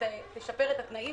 שתשפר את התנאים